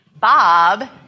Bob